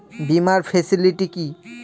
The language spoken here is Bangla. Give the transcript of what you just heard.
বীমার ফেসিলিটি কি?